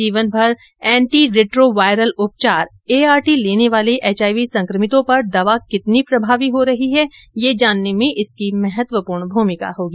जीवन भर एंटीरिट्रोवायरल उपचार एआरटी लेने वाले एचआईवी संक्रमितों पर दवा कितनी प्रभावी हो रही है यह जानने में इसकी महत्त्वपूर्ण भूमिका होगी